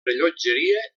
rellotgeria